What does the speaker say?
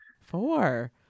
four